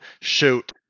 shoot